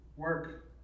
work